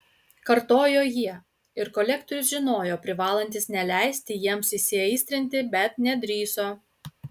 kartojo jie ir kolektorius žinojo privalantis neleisti jiems įsiaistrinti bet nedrįso